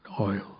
oil